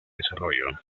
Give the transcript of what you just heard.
desarrollo